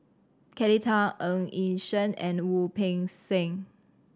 Kelly Tang Ng Yi Sheng and Wu Peng Seng